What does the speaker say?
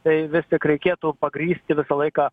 tai vis tik reikėtų pagrįsti visą laiką